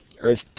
Earth